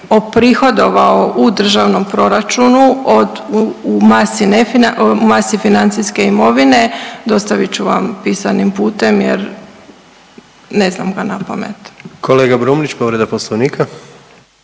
oprihodovao u Državnom proračunu od u masi financijske imovine, dostavit ću vam pisanim putem jer ne znam ga napamet. **Jandroković, Gordan